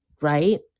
right